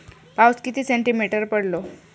पाऊस किती सेंटीमीटर पडलो?